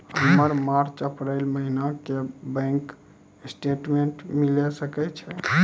हमर मार्च अप्रैल महीना के बैंक स्टेटमेंट मिले सकय छै?